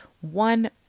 one